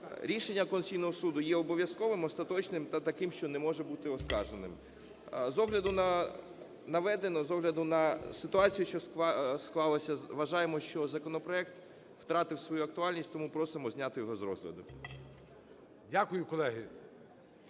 Рішення Конституційного Суду є обов'язковим, остаточним та таким, що не може бути оскарженим. З огляду на наведе, з огляду на ситуацію, що склалася, вважаємо, що законопроект втратив свою актуальність. Тому просимо зняти його з розгляду.